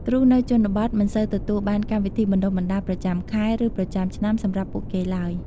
គ្រូនៅជនបទមិនសូវទទួលបានកម្មវិធីបណ្តុះបណ្តាលប្រចាំខែ ឬប្រចាំឆ្នាំ សម្រាប់ពួកគេឡើយ។